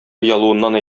оялуыннан